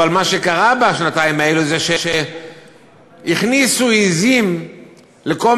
אבל מה שקרה בשנתיים האלו זה שהכניסו עזים לכל